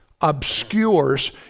obscures